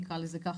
נקרא לזה ככה,